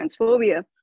transphobia